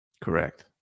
Correct